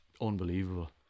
unbelievable